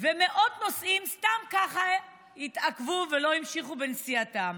ומאות נוסעים סתם ככה התעכבו ולא המשיכו בנסיעתם.